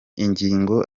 ingingo